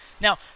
Now